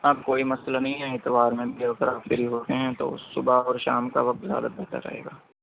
ہاں کوئی مسئلہ نہیں ہے اتوار میں اگر آپ فری ہوتے ہیں تو صبح اور شام کا وقت زیادہ بہتر رہے گا